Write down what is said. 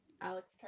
Alex